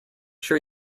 sure